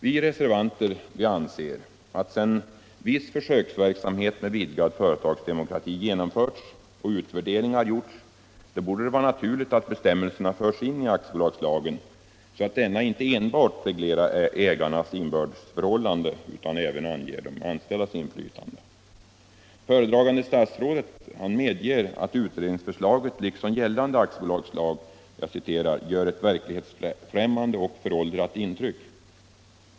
Vi reservanter anser att sedan viss försöksverksamhet med vidgad företagsdemokrati genomförts och utvärderingar gjorts borde det vara naturligt att bestämmelserna införs i aktiebolagslagen, så att denna inte enbart reglerar ägarnas inbördes förhållande utan även anger de anställdas inflytande. Föredragande statsrådet medger att utredningsförslaget liksom gällande aktiebolagslag gör ett verklighetsfrämmande och föråldrat intryck.